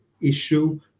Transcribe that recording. issue